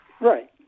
Right